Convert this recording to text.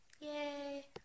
Yay